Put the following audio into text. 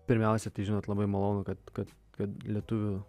pirmiausia tai žinot labai malonu kad kad kad lietuvių